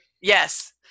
yes